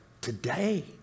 today